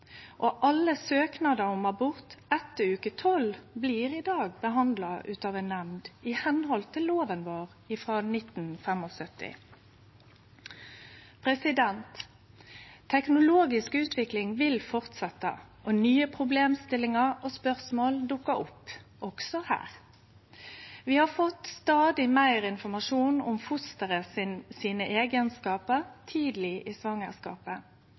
og18. Alle søknadar om abort etter uke 12 blir i dag behandla av ei nemnd, i medhald av lova frå 1975. Teknologisk utvikling vil fortsetje, og nye problemstillingar og spørsmål dukkar opp, også her. Vi har fått stadig meir informasjon om eigenskapane til fosteret tidleg i